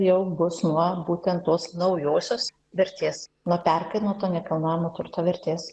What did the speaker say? jau bus nuo būtent tos naujosios vertės nuo perkainoto nekilnojamo turto vertės